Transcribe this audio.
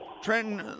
Trenton